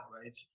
right